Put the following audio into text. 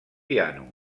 piano